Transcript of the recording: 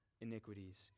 iniquities